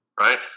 right